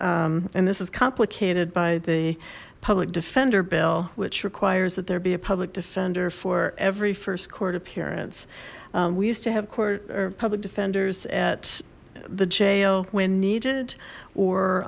s and this is complicated by the public defender bill which requires that there be a public defender for every first court appearance we used to have court or public defenders at the jail when needed or